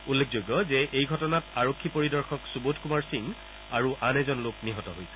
উল্লেখযোগ্য যে এই ঘটনাত আৰক্ষী পৰিদৰ্শক সুবোধ কুমাৰ সিং আৰু আন এজন লোক নিহত হৈছিল